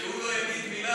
שהוא לא יגיד מילה,